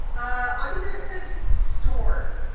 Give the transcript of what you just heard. on here it says store.